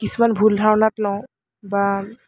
কিছুমান ভুল ধাৰণাত লওঁ বা